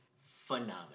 phenomenal